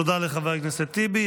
תודה לחבר הכנסת טיבי.